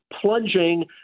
plunging